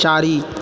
चारि